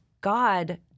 God